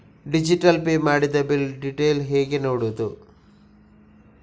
Pay ಮಾಡಿದ bill detail ಹೇಗೆ ನೋಡುವುದು?